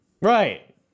Right